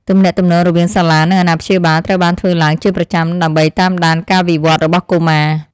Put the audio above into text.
ទំនាក់ទំនងរវាងសាលានិងអាណាព្យាបាលត្រូវបានធ្វើឡើងជាប្រចាំដើម្បីតាមដានការវិវត្តរបស់កុមារ។